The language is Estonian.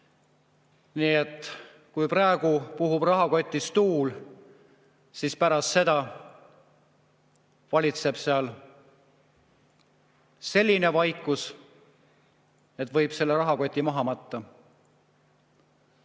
Nii et kui praegu puhub rahakotis tuul, siis pärast seda valitseb seal selline vaikus, et võib selle rahakoti maha matta.